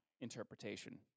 interpretation